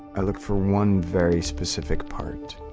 i look for one very specific part.